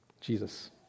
Jesus